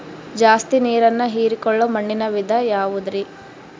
ಜಾಸ್ತಿ ನೇರನ್ನ ಹೇರಿಕೊಳ್ಳೊ ಮಣ್ಣಿನ ವಿಧ ಯಾವುದುರಿ?